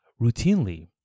Routinely